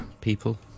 people